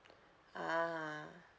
a'ah